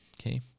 Okay